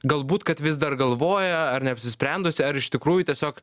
galbūt kad vis dar galvoja ar neapsisprendusi ar iš tikrųjų tiesiog